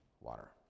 water